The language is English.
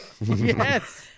Yes